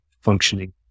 functioning